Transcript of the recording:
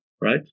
right